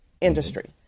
industry